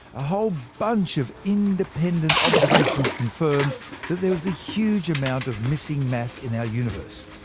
a whole bunch of independent observations confirmed that there was a huge amount of missing mass in our universe.